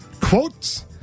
quotes